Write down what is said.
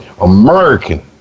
American